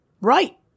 Right